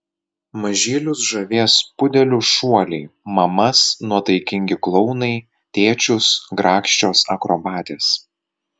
mažylius žavės pudelių šuoliai mamas nuotaikingi klounai tėčius grakščios akrobatės